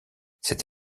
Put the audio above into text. cette